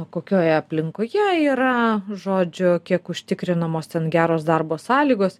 kokioje aplinkoje yra žodžiu kiek užtikrinamos ten geros darbo sąlygos